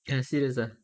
ya serious ah